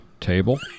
table